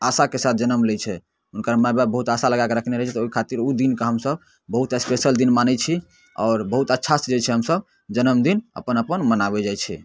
आशाके साथ जनम लै छै हुनकर माय बाप बहुत आशा लगाकऽ रखने रहै छै तऽ ओइ खातिर उ दिनके हमसभ बहुत स्पेशल दिन मानै छी आओर बहुत अच्छासँ जे छै से हमसभ जन्मदिन अपन अपन मनाबै जाइ छै